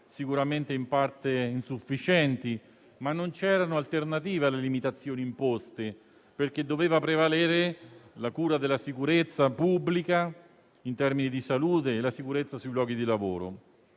sicuramente in parte insufficienti, ma non c'erano alternative alle limitazioni imposte, perché doveva prevalere la cura della sicurezza pubblica in termini di salute, oltre alla sicurezza sui luoghi di lavoro.